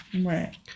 right